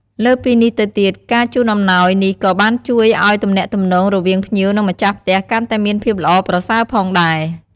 លើសពីនេះទៅទៀតការជូនអំណោយនេះក៏បានជួយឲ្យទំនាក់ទំនងរវាងភ្ញៀវ និងម្ចាស់ផ្ទះកាន់តែមានភាពល្អប្រសើរផងដែរ។